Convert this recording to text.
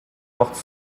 porte